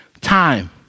time